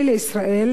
לישראל)